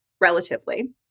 relatively